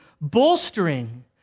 bolstering